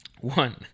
One